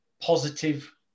positive